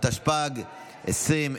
התשפ"ג 2022,